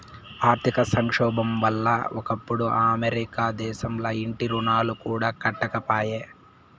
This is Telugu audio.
ఆర్థిక సంక్షోబం వల్ల ఒకప్పుడు అమెరికా దేశంల ఇంటి రుణాలు కూడా కట్టకపాయే